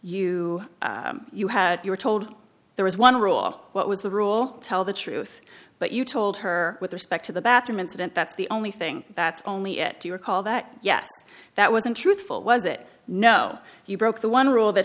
you you had you were told there was one rule what was the rule tell the truth but you told her with respect to the bathroom incident that's the only thing that's only it do you recall that yes that was untruthful was it no you broke the one rule that